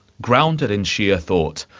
grounded in shia thought,